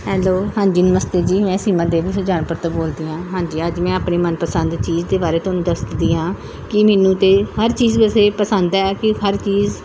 hello ਹਾਂਜੀ ਨਮਸਤੇ ਜੀ ਮੈਂ ਸੀਮਾ ਦੇਵੀ ਸੁਜਾਨਪੁਰ ਤੋਂ ਬੋਲਦੀ ਹਾਂ ਹਾਂਜੀ ਅੱਜ ਮੈਂ ਆਪਣੇ ਮਨਪਸੰਦ ਚੀਜ਼ ਦੇ ਬਾਰੇ ਤੁਹਾਨੂੰ ਦੱਸਦੀ ਹਾਂ ਕਿ ਮੈਨੂੰ ਤਾਂ ਹਰ ਚੀਜ਼ ਵੈਸੇ ਪਸੰਦ ਹੈ ਕਿ ਹਰ ਚੀਜ਼